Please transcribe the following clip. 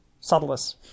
subtleness